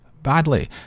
badly